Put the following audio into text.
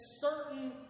certain